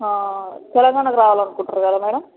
తెలంగాణకు రావాలనుకుంటురు కదా మేడం